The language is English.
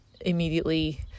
immediately